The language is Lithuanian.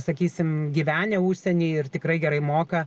sakysim gyvenę užsieny ir tikrai gerai moka